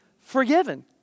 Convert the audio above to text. forgiven